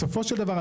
בסופו של דבר,